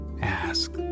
ask